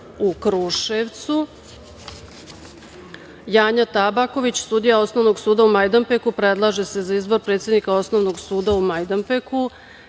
u Kruševcu, Janja Tabaković, sudija Osnovnog suda u Majdanpeku, predlaže se za izbor predsednika Osnovnog suda u Majdanpeku,